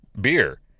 beer